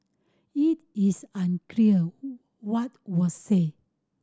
it is unclear what was said